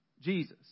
Jesus